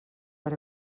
per